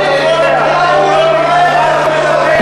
אז למה הוא, אז למה הוא,